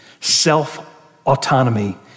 Self-autonomy